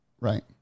right